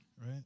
right